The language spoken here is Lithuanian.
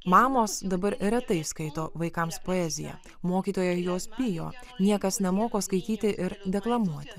mamos dabar retai skaito vaikams poeziją mokytojai jos bijo niekas nemoko skaityti ir deklamuoti